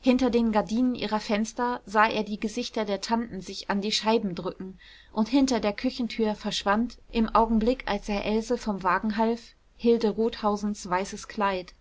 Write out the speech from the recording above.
hinter den gardinen ihrer fenster sah er die gesichter der tanten sich an die scheiben drücken und hinter der küchentür verschwand im augenblick als er else vom wagen half hilde rothausens weißes kleid